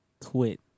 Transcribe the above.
quit